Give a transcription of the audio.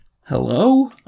Hello